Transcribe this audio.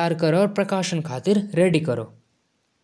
ओवरकुक ना होलु।